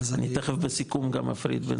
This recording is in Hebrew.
אני תיכף בסיכום גם אפריד.